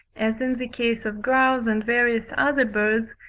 as in the case of grouse and various other birds,